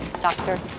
doctor